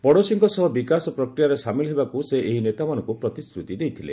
ପଡ଼ୋଶୀଙ୍କ ସହ ବିକାଶ ପ୍ରକ୍ରିୟାରେ ସାମିଲ୍ ହେବାକୁ ସେ ଏହି ନେତାମାନଙ୍କୁ ପ୍ରତିଶ୍ରତି ଦେଇଥିଲେ